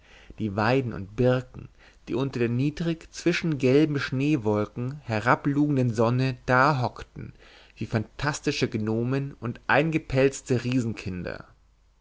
die weiden und birken die unter der niedrig zwischen gelben schneewolken herablugenden sonne dahockten wie phantastische gnomen und eingepelzte